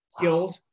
killed